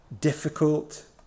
difficult